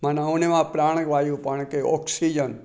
माना उन मां प्राण वायु पाण खे ऑक्सीजन